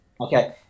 Okay